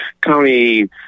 county